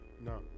No